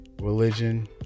religion